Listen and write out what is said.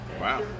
Wow